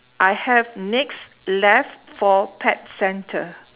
I have next left for pet centre